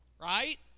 right